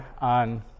on